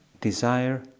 desire